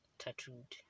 tattooed